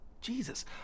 Jesus